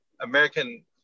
american